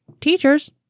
teachers